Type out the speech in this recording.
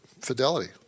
Fidelity